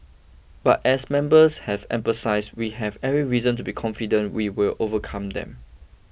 but as members have emphasised we have every reason to be confident we will overcome them